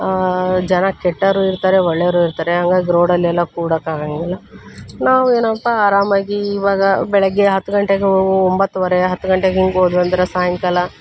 ಜನ ಕೆಟ್ಟವರು ಇರ್ತಾರೆ ಒಳ್ಳೆಯವ್ರು ಇರ್ತಾರೆ ಹಂಗಾಗ್ ರೋಡಲ್ಲೆಲ್ಲ ಕೂಡಕ್ಕೆ ಆಗೋಂಗಿಲ್ಲ ನಾವು ಏನಪ್ಪ ಆರಾಮಾಗಿ ಇವಾಗ ಬೆಳಗ್ಗೆ ಹತ್ತು ಗಂಟೆಗೆ ಹೋಗು ಒಂಬತ್ತುವರೆ ಹತ್ತು ಗಂಟೆಗೆ ಹಿಂಗೆ ಹೋದ್ವು ಅಂದ್ರೆ ಸಾಯಂಕಾಲ